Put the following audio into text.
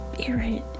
spirit